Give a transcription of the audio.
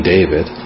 David